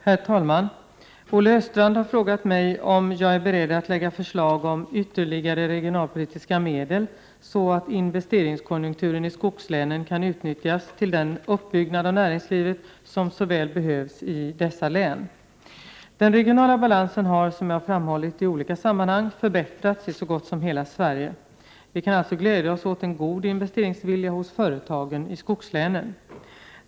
Herr talman! Olle Östrand har frågat mig om jag är beredd att lägga fram förslag om ytterligare regionalpolitiska medel, så att investeringskonjunkturen i skogslänen kan utnyttjas till den uppbyggnad av näringslivet som så väl behövs i dessa län. Den regionala balansen har, som jag har framhållit i olika sammanhang, förbättrats i så gott som hela Sverige. Vi kan alltså glädja oss åt en god investeringsvilja hos företagen i skogslänen.